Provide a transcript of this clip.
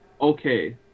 okay